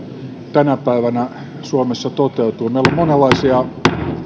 tänä päivänä suomessa toteutuu meillä on eduskunnassa käsittelyssä monenlaisia